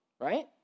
right